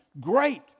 great